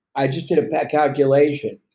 i just did a calculation.